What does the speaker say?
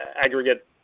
Aggregate